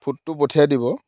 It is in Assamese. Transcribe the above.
ফুডটো পঠিয়াই দিব